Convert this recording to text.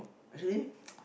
actually